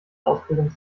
ausbildung